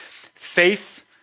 faith